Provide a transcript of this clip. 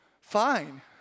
Fine